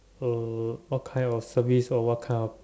uh what kind of service or what kind of